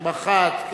כמח"ט,